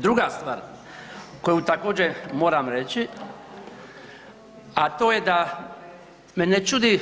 Druga stvar koju također moram reći, a to je da me ne čudi